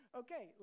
okay